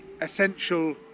essential